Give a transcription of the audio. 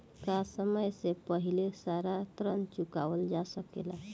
का समय से पहले सारा ऋण चुकावल जा सकेला?